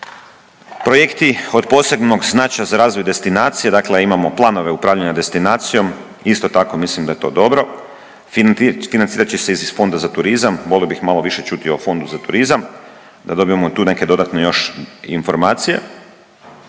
Projekti od posebnog značaja za razvoj destinacija, dakle imamo planove upravljanja destinacijom, isto tako mislim da je to dobro. Financirat će se iz Fonda za turizam. Volio bih malo više čuti o Fondu za turizam da dobijemo tu neke dodatne još informacije.